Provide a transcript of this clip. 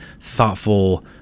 thoughtful